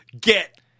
Get